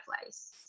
place